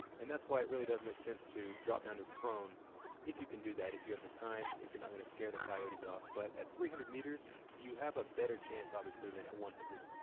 and that's why it really does make sense to drop down to prone if you can do that if you have the time, if you're not gonna scare the coyotes off. but at three hundred meters you have a better chance obviously than at one hundred.